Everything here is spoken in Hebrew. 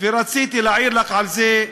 ורציתי להעיר לך על זה.